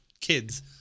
kids